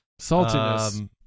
Saltiness